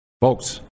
Folks